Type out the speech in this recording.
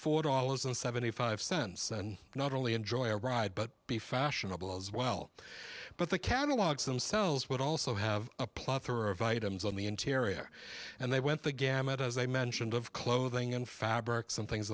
four dollars and seventy five cents and not only enjoy a ride but be fashionable as well but the catalogs themselves would also have a plethora of items on the interior and they went the gamut as i mentioned of clothing and fabric some things